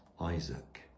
Isaac